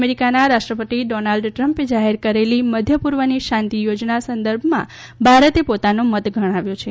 અમેરિકાના રાષ્ટ્રપતિ ડોનલ્ડ ટ્રમ્પે જાહેર કરેલી મધ્યપૂર્વની શાંતિ યોજના સંદર્ભમાં ભારતે પોતાનો મત ગણાવ્યો છે